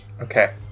okay